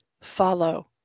follow